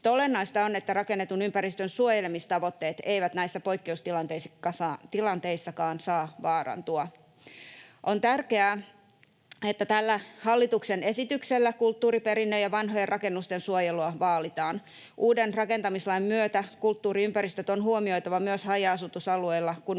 olennaista on, että rakennetun ympäristön suojelemistavoitteet eivät näissä poikkeustilanteissakaan saa vaarantua. On tärkeää, että tällä hallituksen esityksellä kulttuuriperinnön ja vanhojen rakennusten suojelua vaalitaan. Uuden rakentamislain myötä kulttuuriympäristöt on huomioitava myös haja-asutusalueilla, kun